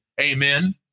Amen